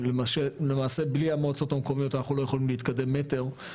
למעשה בלי המועצות המקומיות אנחנו לא יכולים להתקדם מטר,